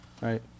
Right